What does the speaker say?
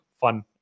fun